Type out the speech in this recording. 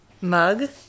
mug